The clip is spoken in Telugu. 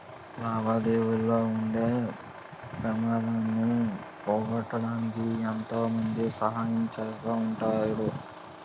లావాదేవీల్లో ఉండే పెమాదాన్ని పోగొట్టడానికి ఎంతో మంది సహాయం చేస్తా ఉంటారు